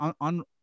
on